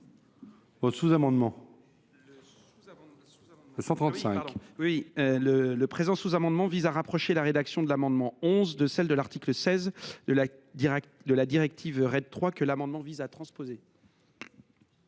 Ce sous amendement vise à rapprocher la rédaction de l’amendement n° 11 rectifié de celle de l’article 16 de la directive RED III, que l’amendement vise à transposer.